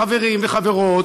חברים וחברות,